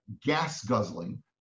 gas-guzzling